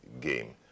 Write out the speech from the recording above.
game